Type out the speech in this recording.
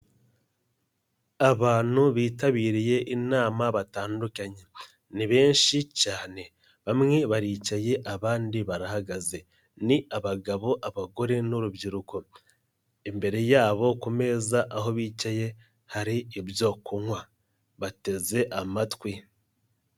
Abantu bitabiriye inama batandukanye, ni benshi cyane, bamwe baricaye abandi barahagaze, ni abagabo abagore n'urubyiruko, imbere yabo ku meza aho bicaye, hari ibyo kunywa, bateze amatwi.